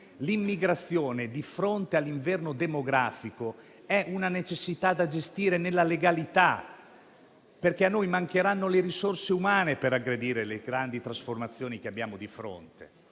L'immigrazione, di fronte all'inverno demografico, è una necessità da gestire nella legalità, perché a noi mancheranno le risorse umane per aggredire le grandi trasformazioni che abbiamo di fronte,